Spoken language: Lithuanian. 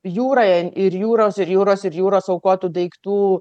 jūroje ir jūros ir jūros ir jūros aukotų daiktų